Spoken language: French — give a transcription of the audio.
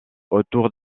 autour